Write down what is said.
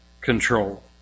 control